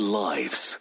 lives